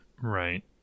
Right